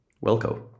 welcome